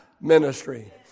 ministry